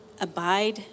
Abide